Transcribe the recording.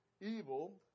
Evil